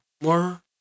more